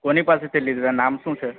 કોની પાસેથી લીધા નામ શું છે